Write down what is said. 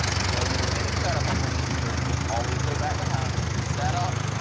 you go to your main setup screen so just always go back to home, set up,